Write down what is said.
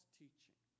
teaching